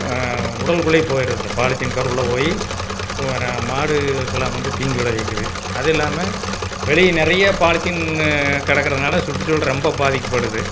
உடலுக்குள்ளையே போயிடுது அந்த polythene cover உள்ளே போய் உ ர மாடுகெல்லாம் வந்து தீங்கு விளைவிக்கிறது அது இல்லாமல் வெளியே நிறைய பாலித்தின் கிடக்குறனால சுற்றுச்சூழல் ரொம்ப பாதிக்கப்படுது